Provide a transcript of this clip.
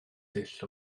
dull